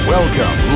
Welcome